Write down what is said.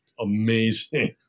amazing